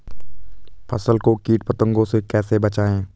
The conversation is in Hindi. फसल को कीट पतंगों से कैसे बचाएं?